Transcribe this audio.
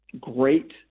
great